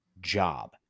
job